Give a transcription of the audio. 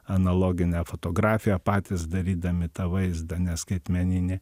analogine fotografija patys darydami tą vaizdą ne skaitmeninį